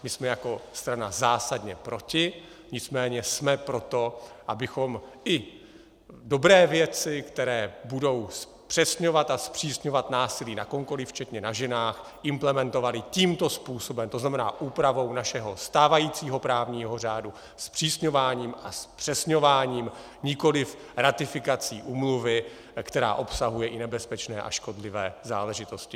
My jsme jako strana zásadně proti, nicméně jsme pro to, abychom i dobré věci, které budou zpřesňovat a zpřísňovat násilí na komkoliv včetně na ženách, implementovali tímto způsobem, to znamená úpravou našeho stávajícího právního řádu zpřísňováním a zpřesňováním, nikoliv ratifikací úmluvy, která obsahuje i nebezpečné a škodlivé záležitosti.